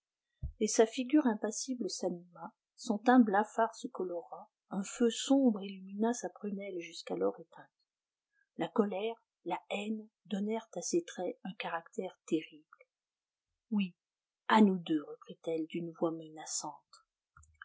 et sa figure impassible s'anima son teint blafard se colora un feu sombre illumina sa prunelle jusqu'alors éteinte la colère la haine donnèrent à ses traits un caractère terrible oui à nous deux reprit-elle d'une voix menaçante